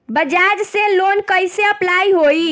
बज़ाज़ से लोन कइसे अप्लाई होई?